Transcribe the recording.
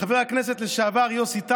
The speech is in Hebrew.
לחבר הכנסת לשעבר יוסי טייב,